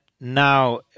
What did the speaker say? now